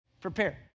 prepare